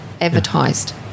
advertised